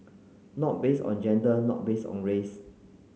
not based on gender not based on race